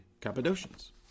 Cappadocians